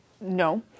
No